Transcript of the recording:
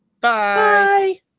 Bye